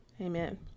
Amen